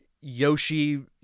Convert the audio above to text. Yoshi